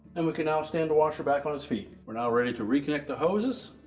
and we can now stand washer back on its feet. we're now ready to reconnect the hoses,